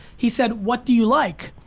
he said what do you like?